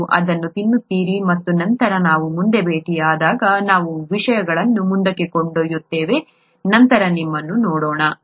ನೀವು ಅದನ್ನು ತಿನ್ನುತ್ತೀರಿ ಮತ್ತು ನಂತರ ನಾವು ನಾವು ಮುಂದೆ ಭೇಟಿಯಾದಾಗ ನಾವು ವಿಷಯಗಳನ್ನು ಮುಂದಕ್ಕೆ ಕೊಂಡೊಯ್ಯುತ್ತೇವೆ ನಂತರ ನಿಮ್ಮನ್ನು ನೋಡೋಣ